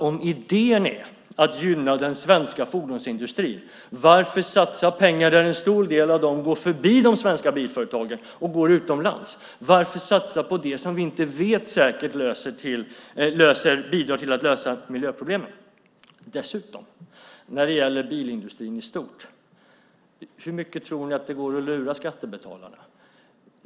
Om idén är att gynna den svenska fordonsindustrin, varför satsa pengar där en stor del av dem går förbi de svenska bilföretagen och går utomlands? Varför satsa på det som vi inte vet säkert bidrar till att lösa miljöproblemen? Dessutom när det gäller bilindustrin i stort: Hur mycket tror ni att det går att lura skattebetalarna?